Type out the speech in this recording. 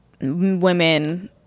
women